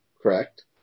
Correct